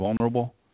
vulnerable